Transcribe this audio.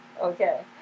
Okay